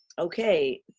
okay